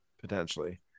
potentially